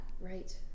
Right